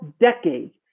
decades